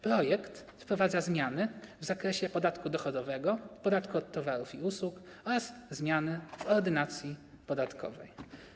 Projekt wprowadza zmiany w zakresie podatku dochodowego, podatku od towarów i usług oraz zmiany w Ordynacji podatkowej.